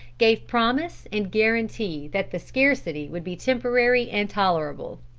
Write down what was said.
gave promise and guarantee that the scarcity would be temporary and tolerable.